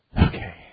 Okay